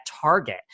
Target